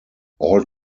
all